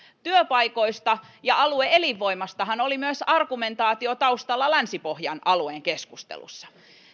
työpaikoista ja alue elinvoimastahan oli myös argumentaatio taustalla länsi pohjan alueen keskustelussa